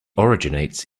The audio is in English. originates